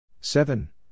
Seven